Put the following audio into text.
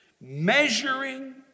Measuring